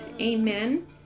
amen